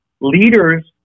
Leaders